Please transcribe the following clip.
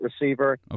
receiver